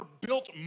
built